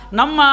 Nama